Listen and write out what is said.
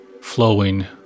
flowing